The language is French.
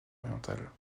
orientales